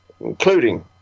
including